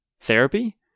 therapy